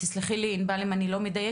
תסלחי לי ענבל אם אני לא מדייקת,